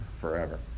forever